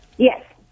Yes